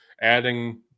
adding